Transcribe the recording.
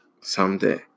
someday